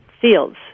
fields